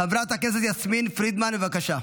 חברת הכנסת יסמין פרידמן, בבקשה.